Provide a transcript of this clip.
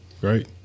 great